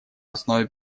основе